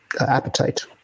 appetite